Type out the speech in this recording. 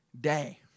day